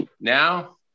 Now